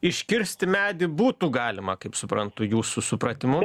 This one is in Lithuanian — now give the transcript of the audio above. iškirsti medį būtų galima kaip suprantu jūsų supratimu